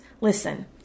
Listen